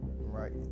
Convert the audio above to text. right